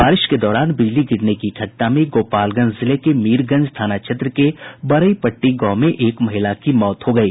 बारिश के दौरान बिजली गिरने की घटना में गोपालगंज जिले के मीरगंज थाना क्षेत्र के बरईपट्टी गांव में एक महिला की मौत हो गयी